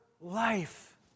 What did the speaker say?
life